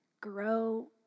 grow